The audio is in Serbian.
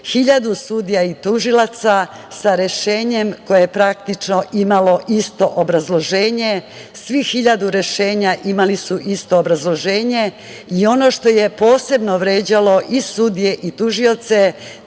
sudija i tužilaca sa rešenjem koje praktično imalo isto obrazloženje, svih hiljadu rešenja imali su isto obrazloženje i ono što je posebno vređalo i sudije i tužioce,